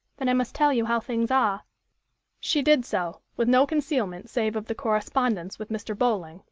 then i must tell you how things are she did so, with no concealment save of the correspondence with mr. bowling,